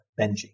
Benji